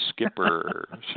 Skipper